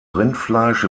rindfleisch